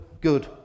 good